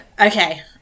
Okay